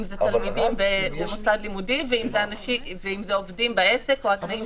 אם זה תלמידים במוסד לימודי ואם זה עובדים בעסק או התנאים